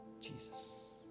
Jesus